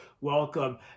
welcome